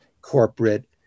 corporate